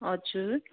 हजुर